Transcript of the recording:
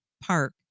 Park